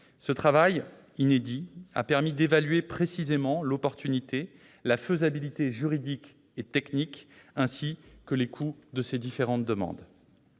Ce travail inédit a permis d'évaluer précisément l'opportunité, la faisabilité juridique et technique ainsi que les coûts de ces différentes demandes.